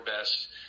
best